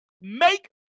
make